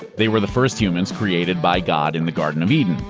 they were the first humans, created by god in the garden of eden.